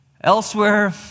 Elsewhere